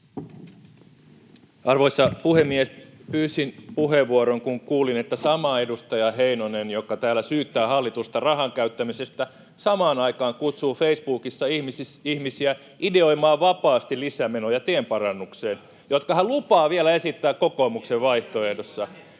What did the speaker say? Arvoisa puhemies! Pyysin puheenvuoron, kun kuulin, että sama edustaja Heinonen, joka täällä syyttää hallitusta rahan käyttämisestä, samaan aikaan kutsuu Facebookissa ihmisiä ideoimaan vapaasti tienparannukseen lisämenoja, jotka hän lupaa vielä esittää kokoomuksen vaihtoehdossa.